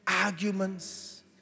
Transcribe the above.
arguments